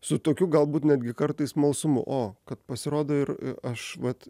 su tokiu galbūt netgi kartais smalsumu o kad pasirodo ir aš vat